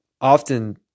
often